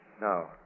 No